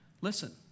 Listen